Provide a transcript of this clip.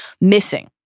missing